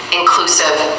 inclusive